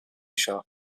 شاپ